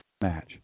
match